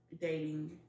dating